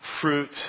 fruit